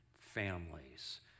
families